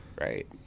Right